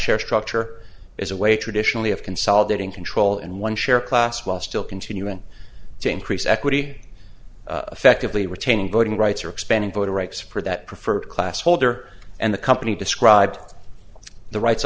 share structure is a way traditionally of consolidating control in one share class while still continuing to increase equity effectively retaining voting rights or expanding voting rights for that preferred class holder and the company described the rights